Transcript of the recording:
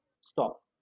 stop